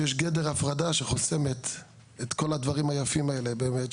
שיש גדר הפרדה שחוסמת את כל הדברים היפים האלה באמת,